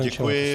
Děkuji.